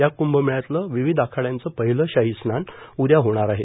या कंभमेळ्यातलं विविध आखाड़याचं पहिलं शाही स्नान उदया होणार आहे